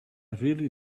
really